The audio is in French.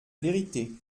vérité